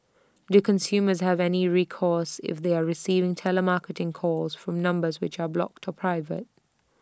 do consumers have any recourse if they are receiving telemarketing calls from numbers which are blocked or private